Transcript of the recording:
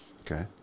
Okay